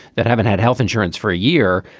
that haven't had health insurance for a year,